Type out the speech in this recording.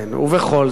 ובכל זאת,